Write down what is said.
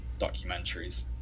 documentaries